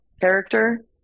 character